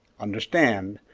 understand,